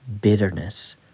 bitterness